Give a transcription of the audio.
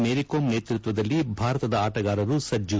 ಮೇರಿಕೋಮ್ ನೇತೃತ್ವದಲ್ಲಿ ಭಾರತದ ಆಟಗಾರರು ಸಜ್ಜು